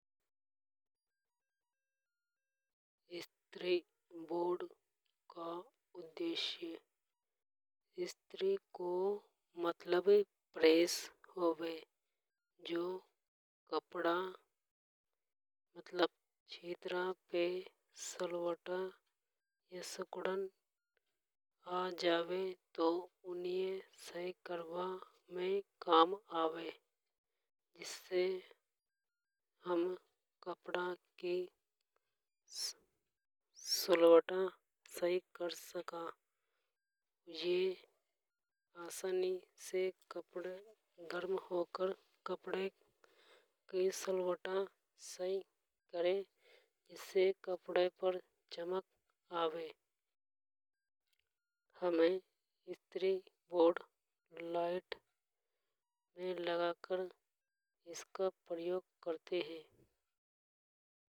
स्त्री बोर्ड का उद्देश्य स्त्री को मतलब प्रेस होवे जो कपड़ा मतलब छितरा में सलवटा या सिकुड़न आ जावे तो ऊनी ये सही करबा में काम आवे। जिससे हम कपड़ा की सलवटा सही कर सका। ये आसानी से गर्म होकर कपड़ा की सलवटा सही करे जिससे कपड़े पर चमक आवे। हमें स्त्री बोर्ड को लाइट में लगाकर प्रेस करते हे।